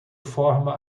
forma